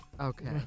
Okay